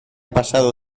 pasado